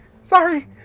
sorry